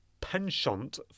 penchant